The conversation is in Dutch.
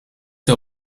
zij